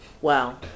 Wow